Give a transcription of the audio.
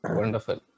wonderful